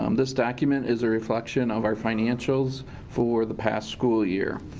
um this document is a reflection of our financials for the past school year.